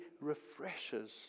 refreshes